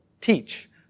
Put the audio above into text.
teach